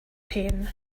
pain